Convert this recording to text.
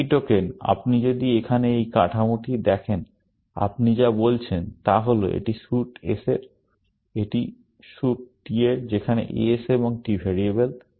একই টোকেন আপনি যদি এখানে এই কাঠামোটি দেখেন আপনি যা বলছেন তা হল এটি স্যুট S এর এবং এটি স্যুট T এর যেখানে S এবং T ভ্যারিয়েবল